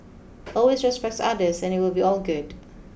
always respect others and it will be all good